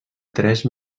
tres